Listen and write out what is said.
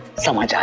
someone